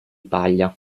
paglia